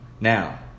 Now